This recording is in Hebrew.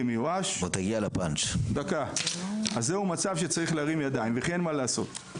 מיואש אז זה מצב שצריך להרים ידיים וכי אין מה לעשות,